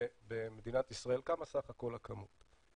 במדינת ישראל, כמה סך הכול הכמות.